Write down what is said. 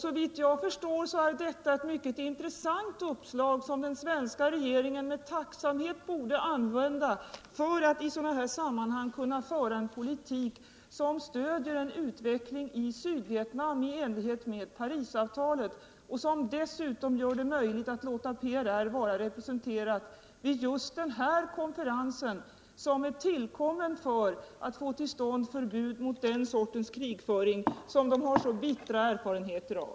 Såvitt jag förstår är detta ett mycket intressant uppslag, som den svenska regeringen med tacksamhet borde använda för att i sådana här sammanhang kunna föra en politik som stöder en utveckling i Sydvietnam i enlighet med Parisavtalet och som dessutom gör det möjligt att låta PRR vara representerad vid just den här konferensen, som är tillkommen för att få till stånd förbud mot den sortens krigföring som de har så bittra erfarenheter av.